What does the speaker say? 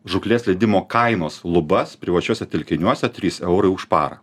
žūklės leidimo kainos lubas privačiuose telkiniuose trys eurai už parą